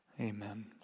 amen